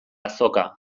azoka